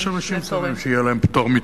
יש אנשים טובים שיהיה להם פטור מתור.